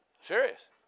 Serious